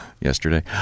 yesterday